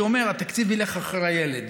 שאומר: התקציב ילך אחרי הילד.